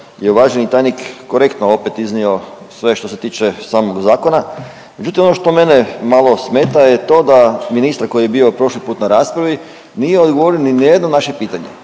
je uvaženi tajnik korektno opet iznio sve što se tiče samog zakona, međutim ono što mene malo smeta je to da ministar koji je bio prošli puta na raspravi nije odgovorio ni na jedno naše pitanje.